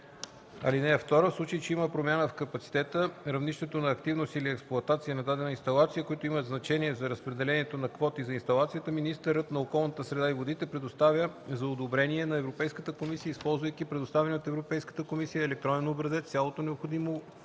(2) В случай че има промяна в капацитета, равнището на активност или експлоатация на дадена инсталация, които имат значение за разпределението на квоти за инсталацията, министърът на околната среда и водите предоставя за одобрение на Европейската комисия, използвайки предоставения от Европейската комисия електронен образец, цялата необходима